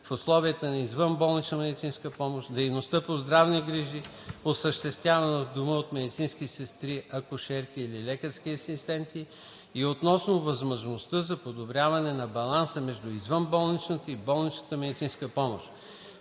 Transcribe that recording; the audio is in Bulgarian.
в условията на извънболничната медицинска помощ, дейността по здравни грижи, осъществявана в дома от медицински сестри, акушерки или лекарски асистенти и относно възможността за подобряване на баланса между извънболничната и болничната медицинска помощ.